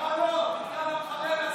תקרא למחבל הזה.